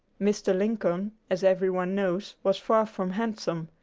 mr. lincoln, as every one knows, was far from handsome.